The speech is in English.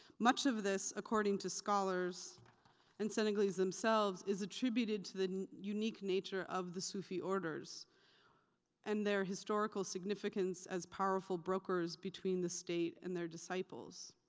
much of this, according to scholars and senegalese themselves, is attributed to the unique nature of the sufi orders and their historical significance as powerful brokers between the state and their disciples.